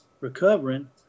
recovering